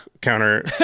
counter